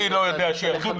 אני לא יודע שירדו מזה.